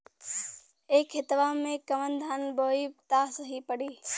ए खेतवा मे कवन धान बोइब त सही पड़ी?